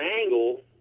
angle